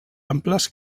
amples